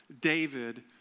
David